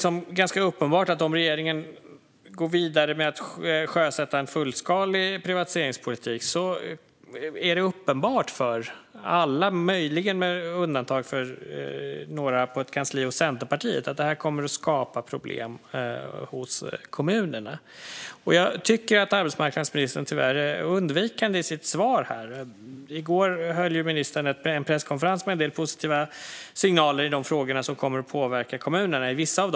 Om regeringen går vidare med att sjösätta en fullskalig privatiseringspolitik tror jag att det är uppenbart för alla, möjligen med undantag för några på ett kansli hos Centerpartiet, att detta kommer att skapa problem hos kommunerna. Jag tycker att arbetsmarknadsministern tyvärr är undvikande i sitt svar. I går höll ministern en presskonferens med en del positiva signaler i åtminstone vissa av de frågor som kommer att påverka kommunerna.